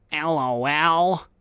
LOL